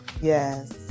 Yes